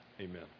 amen